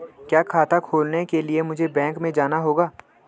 क्या खाता खोलने के लिए मुझे बैंक में जाना होगा?